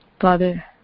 Father